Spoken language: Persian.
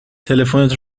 تلفنت